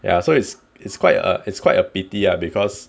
ya so it's it's quite a quite a pity ah because